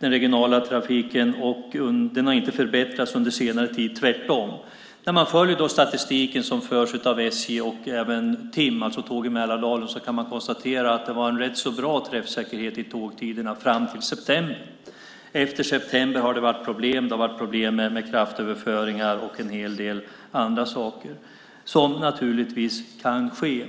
den regionala trafiken och att den inte har förbättrats under senare tid - tvärtom. När man följer statistiken som förs av SJ och även TiM, Trafik i Mälardalen, kan man konstatera att det var en rätt bra träffsäkerhet i tågtiderna fram till september. Efter september har det varit problem. Det har varit problem med kraftöverföringar och en hel del andra saker. Sådant kan naturligtvis ske.